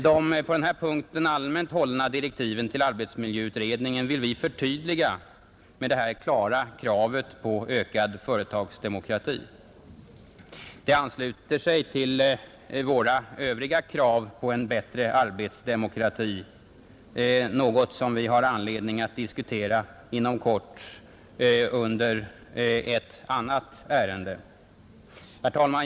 De på denna punkt allmänt hållna direktiven till arbetsmiljöutredningen vill vi förtydliga med detta klara krav på ökad företagsdemokrati. Det ansluter sig till våra övriga krav på en bättre arbetsdemokrati, något som vi har anledning diskutera inom kort vid behandlingen av ett annat ärende. Herr talman!